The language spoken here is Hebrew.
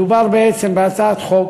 אדוני היושב-ראש, חברי הכנסת, מדובר בהצעת חוק